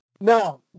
Now